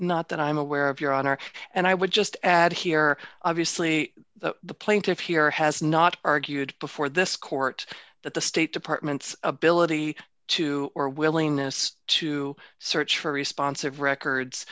not that i'm aware of your honor and i would just add here obviously the plaintiff here has not argued before this court that the state department's ability to or willingness to search for response of records